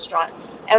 restaurant